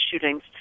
shootings